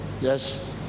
Yes